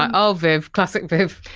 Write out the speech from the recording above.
ah oh viv, classic viv!